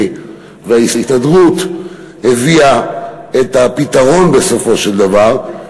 וההסתדרות הביא את הפתרון בסופו של דבר.